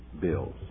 bills